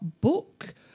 book